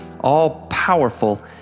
All-powerful